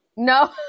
no